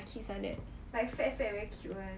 like kids like that